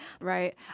Right